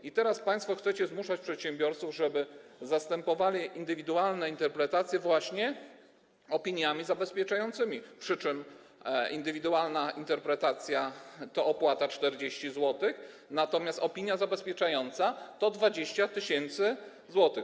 I teraz państwo chcecie zmuszać przedsiębiorców, żeby zastępowali indywidualne interpretacje właśnie opiniami zabezpieczającymi, przy czym indywidualna interpretacja to opłata 40 zł, natomiast opinia zabezpieczająca to 20 tys. zł.